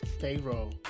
Pharaoh